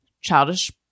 Childish